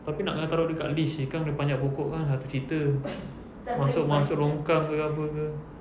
tapi nak kena taruk dia dekat leash seh kan dia panjat pokok kan satu cerita masuk masuk longkang ke apa ke